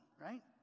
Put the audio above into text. right